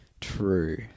true